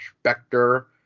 specter